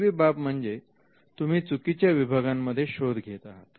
पाचवी बाब म्हणजे तुम्ही चुकीच्या विभागांमध्ये शोध घेत आहात